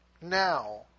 now